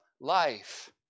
life